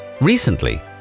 Recently